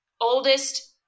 Oldest